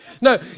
No